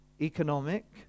economic